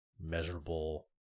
measurable